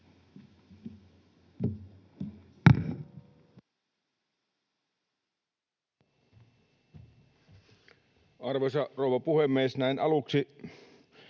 Arvoisa rouva puhemies! Näin aluksi,